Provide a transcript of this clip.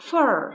Fur